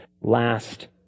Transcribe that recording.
last